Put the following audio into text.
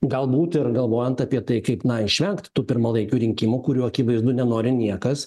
galbūt ir galvojant apie tai kaip na išvengt tų pirmalaikių rinkimų kurių akivaizdu nenori niekas